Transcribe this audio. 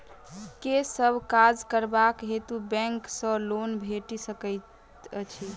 केँ सब काज करबाक हेतु बैंक सँ लोन भेटि सकैत अछि?